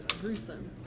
gruesome